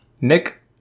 Nick